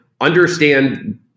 understand